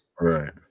Right